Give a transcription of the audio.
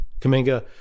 Kaminga